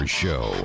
show